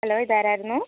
hello ഇതാരായിരുന്നു